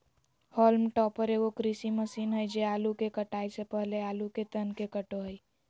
haulm topper एगो कृषि machine हइ जे आलू के कटाई से पहले आलू के तन के काटो हइ